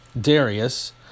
Darius